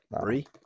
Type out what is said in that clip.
three